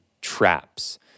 traps